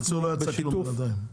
בקיצור, לא נעשה כלום עדיין.